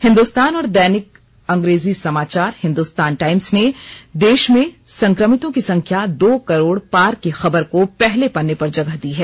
हिन्दुस्तान और दैनिक अग्रेजी समाचार हिन्दुस्तान टाईम्स ने देश में संक्रमितों की सख्या दो करोड़ पार की खबर को पहले पन्ने पर जगह दी है